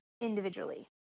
individually